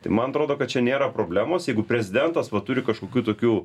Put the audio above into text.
tai man atrodo kad čia nėra problemos jeigu prezidentas va turi kažkokių tokių